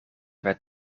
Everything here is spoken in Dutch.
werd